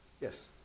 Yes